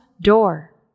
door